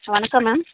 வணக்கம் மேம்